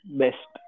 best